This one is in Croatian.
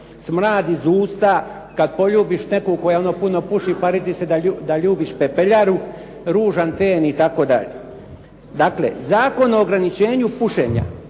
Smrad iz usta kad poljubiš neku koja ona puno puši pari ti se da ljubiš pepeljaru, ružan ten itd. Dakle, Zakon o ograničenju pušenja